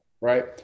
Right